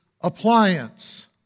appliance